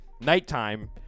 nighttime